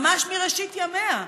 ממש מראשית ימיה,